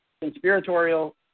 conspiratorial